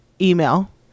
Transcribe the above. email